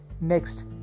next